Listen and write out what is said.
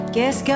Guess